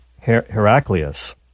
Heraclius